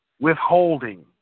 withholding